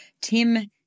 Tim